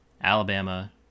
Alabama